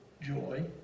joy